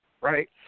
right